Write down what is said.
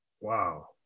Wow